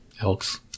Elks